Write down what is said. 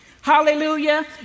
hallelujah